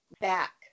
back